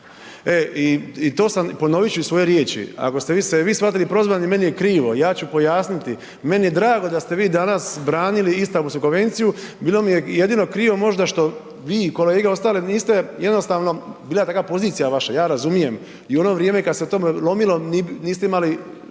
i to sam, ponovit ću svoje riječi, ako ste vi se shvatili prozvanim, meni je krivo, ja ću pojasniti. Meni je drago da ste vi danas branili Istambulsku konvenciju, bilo mi je jedino krivo možda što vi i kolege ostali niste jednostavno, bila je takva pozicija vaša, ja razumijem i u ono vrijeme kad se o tome lomilo, niste imali,